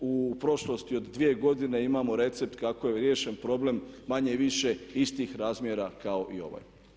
U prošlosti od dvije godine imamo recept kako je riješen problem manje-više istih razmjera kao i ovaj.